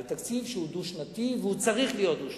על תקציב שהוא דו-שנתי, והוא צריך להיות דו-שנתי.